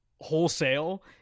wholesale